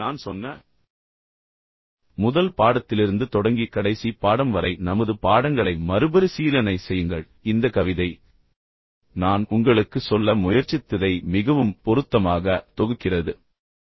எனவே நான் சொன்ன முதல் பாடத்திலிருந்து தொடங்கி கடைசி பாடம் வரை நமது பாடங்களை மறுபரிசீலனை செய்யுங்கள் இந்த கவிதை நான் உங்களுக்குச் சொல்ல முயற்சித்ததை மிகவும் பொருத்தமாக தொகுக்கிறது